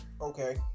okay